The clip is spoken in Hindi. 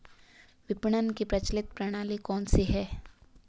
विपणन की प्रचलित प्रणाली कौनसी है?